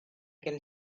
can